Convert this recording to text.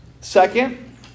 Second